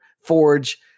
forge